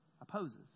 Opposes